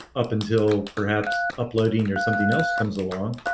up until perhaps uploading or something else comes along.